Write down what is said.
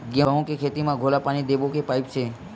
गेहूं के खेती म घोला पानी देबो के पाइप से?